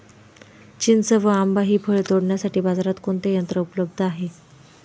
चिंच व आंबा हि फळे तोडण्यासाठी बाजारात कोणते यंत्र उपलब्ध आहे?